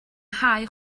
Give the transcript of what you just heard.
nghae